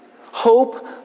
Hope